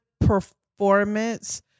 performance